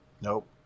Nope